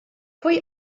pwy